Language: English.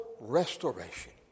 restoration